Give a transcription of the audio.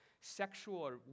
sexual